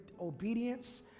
obedience